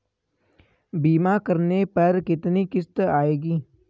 बीमा करने पर कितनी किश्त आएगी?